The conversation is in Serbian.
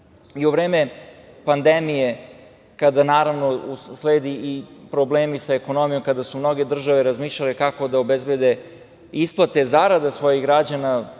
u vreme pandemije, kada uslede i problemi sa ekonomijom, kada su mnoge države razmišljale kako da obezbede isplate zarada svojih građana,